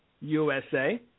USA